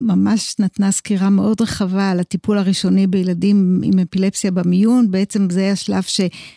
ממש נתנה סקירה מאוד רחבה על הטיפול הראשוני בילדים עם אפילפסיה במיון. בעצם זה השלב ש...